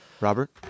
Robert